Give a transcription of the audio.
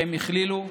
שהם הכלילו.